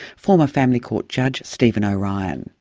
former family court judge stephen o'ryan.